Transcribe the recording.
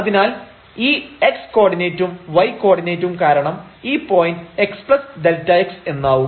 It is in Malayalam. അതിനാൽ ഈ x കോർഡിനേറ്റും y കോർഡിനേറ്റും കാരണം ഈ പോയിന്റ് xΔx എന്നാവും